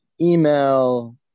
email